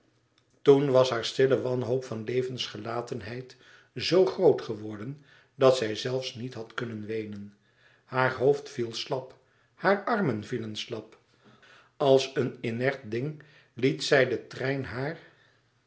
toen was haar stille wanhoop van levensgelatenheid zoo groot geworden dat zij zelfs niet had kunnen weenen haar hoofd viel slap haar armen vielen slap als een inert ding liet zij den trein haar